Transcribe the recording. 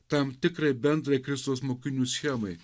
tam tikrai bendrai kristaus mokinių schemai